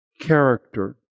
character